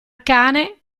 cane